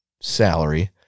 salary